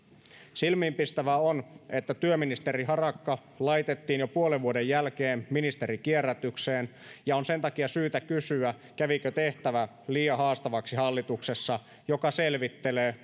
silmiinpistävää on että työministeri harakka laitettiin jo puolen vuoden jälkeen ministerikierrätykseen ja on sen takia syytä kysyä kävikö tehtävä liian haastavaksi hallituksessa joka selvittelee